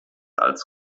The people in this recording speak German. als